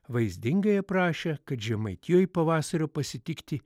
vaizdingai aprašė kad žemaitijoj pavasario pasitikti